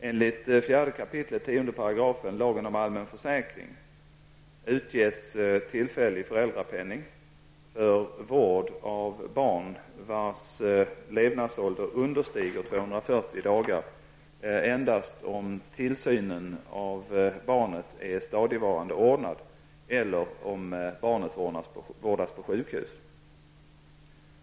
Enligt 4 kap. 10 § lagen om allmän försäkring utges tillfällig föräldrapenning för vård av barn vars levnadsålder understiger 240 dagar endast om tillsynen av barnet är stadigvarande ordnad eller om barnet vårdas på sjukhus.